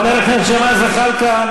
חבר הכנסת ג'מאל זחאלקה,